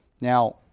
Now